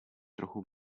trochu